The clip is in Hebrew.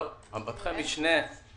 חברת הכנסת שי וזאן,